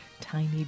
Tiny